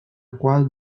qual